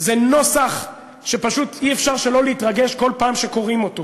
זה נוסח שפשוט אי-אפשר שלא להתרגש כל פעם שקוראים אותו,